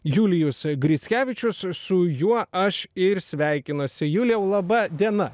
julijus grickevičius su juo aš ir sveikinuosi juliau laba diena